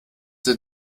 der